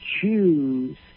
choose